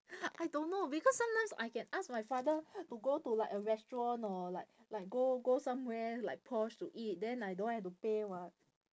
I don't know because sometimes I can ask my father to go to like a restaurant or like like go go somewhere like posh to eat then I don't have to pay [what]